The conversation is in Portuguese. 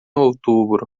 outubro